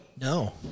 No